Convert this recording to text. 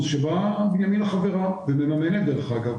שבה בנימינה חברה ומממנת דרך אגב,